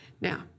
Now